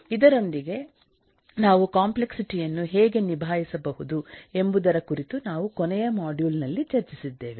ಇದರೊಂದಿಗೆ ನಾವು ಕಾಂಪ್ಲೆಕ್ಸಿಟಿ ಯನ್ನು ಹೇಗೆ ನಿಭಾಯಿಸಬಹುದು ಎಂಬುದರ ಕುರಿತು ನಾವು ಕೊನೆಯ ಮಾಡ್ಯೂಲ್ ನಲ್ಲಿ ಚರ್ಚಿಸಿದ್ದೇವೆ